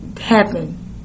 happen